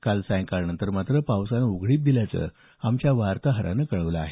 काल सायंकाळनंतर मात्र पावसानं उघडीप दिल्याचं आमच्या वार्ताहरानं कळवलं आहे